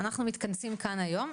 אנחנו מתכנסים כאן היום.